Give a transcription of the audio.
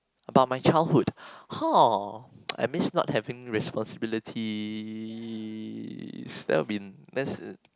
about my childhood (haa) I miss not having responsibilities that will be that's a~